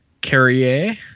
Carrier